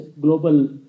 global